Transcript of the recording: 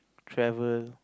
travel